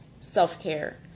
self-care